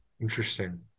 Interesting